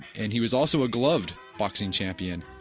and he was also a gloved boxing champion.